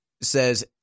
says